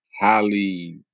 highly